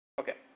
Okay